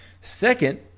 Second